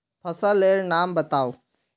फसल लेर नाम बाताउ?